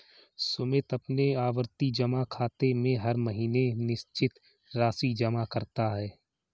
सुमित अपने आवर्ती जमा खाते में हर महीने निश्चित राशि जमा करता है